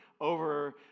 over